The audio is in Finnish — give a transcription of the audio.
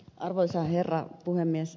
arvoisa herra puhemies